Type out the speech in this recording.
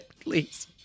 please